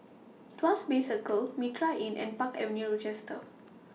Tuas Bay Circle Mitraa Inn and Park Avenue Rochester